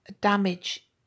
damage